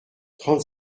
trente